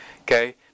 okay